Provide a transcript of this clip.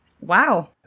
wow